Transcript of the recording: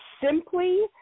simply